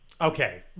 Okay